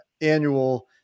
annual